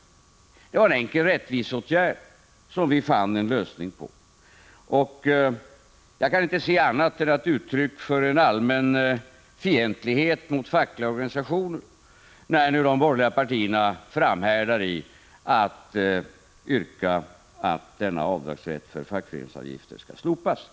Det var en enkel rättvisefråga, som vi fann en lösning på. Jag kan inte se det annat än som uttryck för en allmän fientlighet mot fackliga organisationer när nu de borgerliga partierna framhärdar i att yrka på att denna avdragsrätt för fackföreningsavgifter skall slopas.